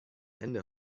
ende